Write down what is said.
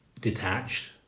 detached